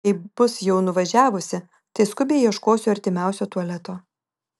jei bus jau nuvažiavusi tai skubiai ieškosiu artimiausio tualeto